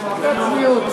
כבוד היושב-ראש,